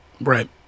Right